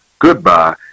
goodbye